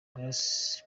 grace